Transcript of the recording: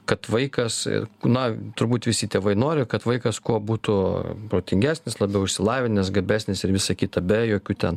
kad vaikas ir na turbūt visi tėvai nori kad vaikas kuo būtų protingesnis labiau išsilavinęs gabesnis ir visa kita be jokių ten